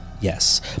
yes